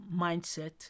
mindset